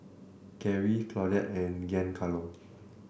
Garry Claudette and Giancarlo